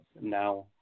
now